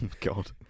god